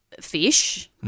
fish